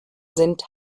sind